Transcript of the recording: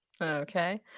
Okay